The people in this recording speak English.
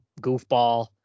goofball